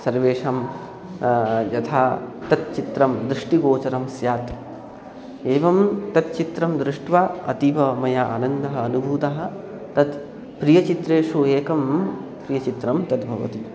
सर्वेषां यथा तच्चित्रं दृष्टिगोचरं स्यात् एवं तच्चित्रं दृष्ट्वा अतीव मया आनन्दः अनुभूतः तत् प्रियचित्रेषु एकं प्रियचित्रं तद्भवति